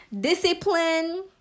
Discipline